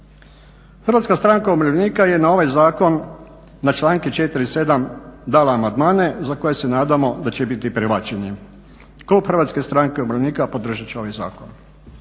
Hrvatska stranka umirovljenika je na ovaj zakon, na članke 4. i 7. dala amandmane za koje se nadamo da će biti prihvaćeni. Klub Hrvatske stranke umirovljenika podržat će ovaj zakon.